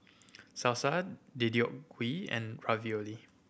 Deodeok Gui and Ravioli